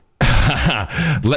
Let